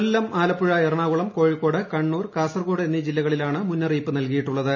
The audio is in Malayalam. കൊല്ലൂറ്റ് ആ്ലപ്പുഴ എറണാകുളം കോഴിക്കോട് കണ്ണൂർ കാസ്ടര്ക്കോട് എന്നീ ജില്ലകളിലാണ് മുന്നറിയിപ്പ് നൽകിയിട്ടുള്ളത്